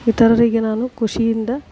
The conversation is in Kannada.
ಇತರರಿಗೆ ನಾನು ಖುಷಿಯಿಂದ